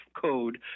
code